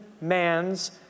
man's